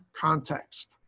context